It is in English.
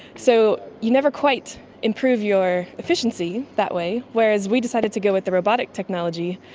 so you never quite improve your efficiency that way, whereas we decided to go with the robotic technology.